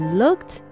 looked